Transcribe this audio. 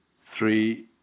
three